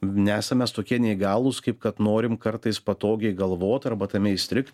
nesam mes tokie neįgalūs kaip kad norim kartais patogiai galvoti arba tame įstrigt